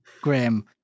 Graham